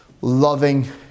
loving